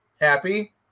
happy